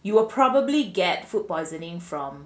you will probably get food poisoning from